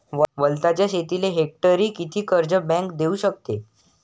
वलताच्या शेतीले हेक्टरी किती कर्ज बँक देऊ शकते?